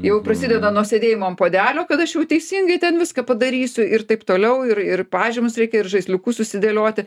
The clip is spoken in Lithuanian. jau prasideda nuo sėdėjimo ant puodelio kad aš jau teisingai ten viską padarysiu ir taip toliau ir ir pažymius reikia ir žaisliukus susidėlioti